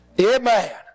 Amen